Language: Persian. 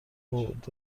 بُعد